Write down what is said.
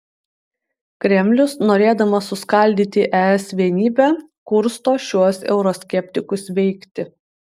kremlius norėdamas suskaldyti es vienybę kursto šiuos euroskeptikus veikti